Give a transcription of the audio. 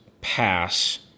pass